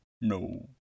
No